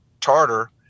tartar